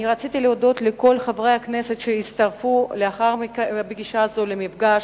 אני רציתי להודות לכל חברי הכנסת שהצטרפו לאחר הפגישה הזאת למפגש.